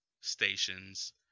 stations